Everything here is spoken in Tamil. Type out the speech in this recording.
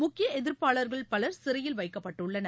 முக்கிய எதிர்ப்பாளர்கள் பலர் சிறையில் வைக்கப்பட்டுள்ளனர்